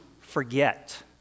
forget